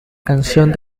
canción